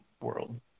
world